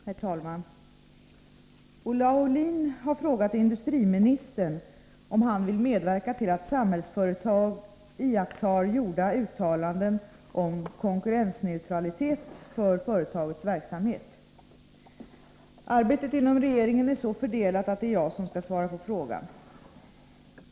Herr talman! Olle Aulin har frågat industriministern om han vill medverka till att Samhällsföretag iakttar gjorda uttalanden om konkurrensneutralitet för företagets verksamhet. Arbetet inom regeringen är så fördelat att det är jag som skall svara på frågan.